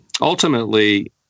ultimately